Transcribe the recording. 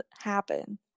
happen